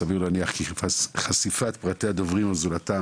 סביר להניח כי חשיפת פרטי הדוברים או זולתם,